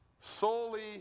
Solely